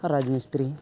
ᱨᱟᱡᱽᱢᱤᱥᱛᱨᱤ